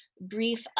brief